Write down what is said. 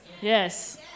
Yes